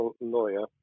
lawyer